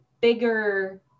bigger